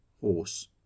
horse